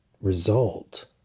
result